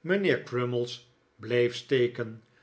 mijnheer crummies bleef steken